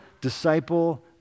disciple